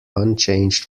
unchanged